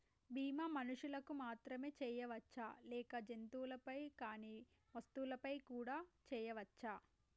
బీమా మనుషులకు మాత్రమే చెయ్యవచ్చా లేక జంతువులపై కానీ వస్తువులపై కూడా చేయ వచ్చా?